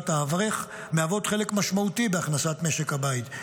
האברך מהוות חלק משמעותי בהכנסת משק הבית,